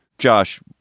josh,